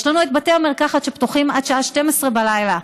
יש לנו את בתי המרקחת שפתוחים עד השעה 12:00 בלילה.